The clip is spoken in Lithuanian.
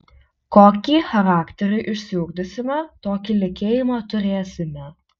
kokį charakterį išsiugdysime tokį likimą turėsime